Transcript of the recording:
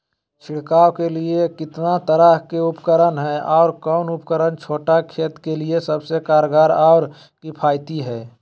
छिड़काव के लिए कितना तरह के उपकरण है और कौन उपकरण छोटा खेत के लिए सबसे कारगर और किफायती है?